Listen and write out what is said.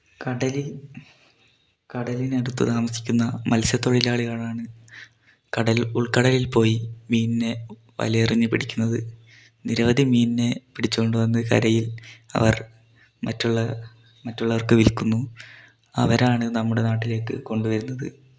കടലിൽ കടലിനടുത്ത് താമസിക്കുന്ന മത്സ്യത്തൊഴിലാളികളാണ് കടലിൽ ഉൾക്കടലിൽ പോയി മീനിനെ വലയെറിഞ്ഞ് പിടിക്കുന്നത് നിരവധി മീനിനെ പിടിച്ചോണ്ട് വന്ന് കരയിൽ അവർ മറ്റുള്ള മറ്റുള്ളവർക്ക് വിൽക്കുന്നു അവരാണ് നമ്മുടെ നാട്ടിലേക്ക് കൊണ്ടുവരുന്നത്